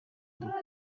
dukura